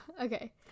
okay